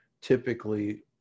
typically